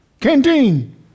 Canteen